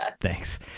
thanks